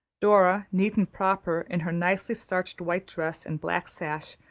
dora, neat and proper, in her nicely starched white dress and black sash,